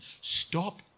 stop